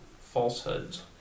falsehoods